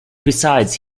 besides